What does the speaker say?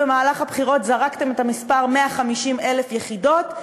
במהלך הבחירות זרקתם את המספר 150,000 יחידות,